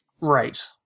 Right